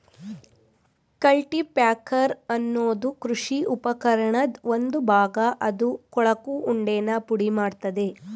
cultipacker ಅನ್ನೋದು ಕೃಷಿ ಉಪಕರಣದ್ ಒಂದು ಭಾಗ ಅದು ಕೊಳಕು ಉಂಡೆನ ಪುಡಿಮಾಡ್ತದೆ